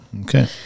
okay